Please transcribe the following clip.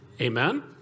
Amen